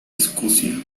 escocia